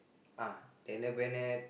uh Daniel-Bennett